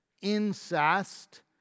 incest